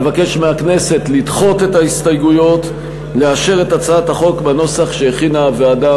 אבקש מהכנסת לדחות את ההסתייגויות ולאשר את הצעת החוק בנוסח שהכינה הוועדה